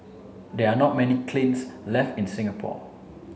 there are not many kilns left in Singapore